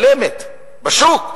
שמשתלמת בשוק.